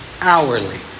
hourly